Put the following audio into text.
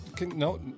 No